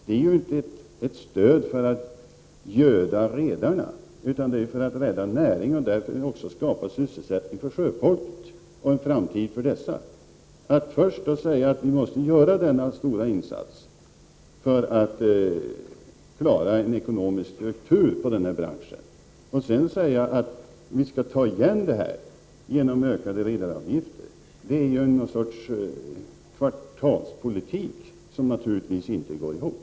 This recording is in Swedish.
Det är inte något stöd för att göda redarna utan för att rädda näringen och därmed också skapa sysselsättning för sjöfolket och en framtid för dessa. Att först säga att vi måste göra denna stora insats för att klara en ekonomisk struktur i branschen och sedan säga att vi skall ta igen detta genom ökade redaravgifter är en form av kvartalspolitik som naturligtvis inte går ihop.